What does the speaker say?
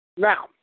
Now